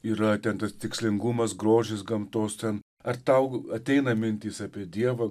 yra ten tas tikslingumas grožis gamtos ten ar tau ateina mintys apie dievą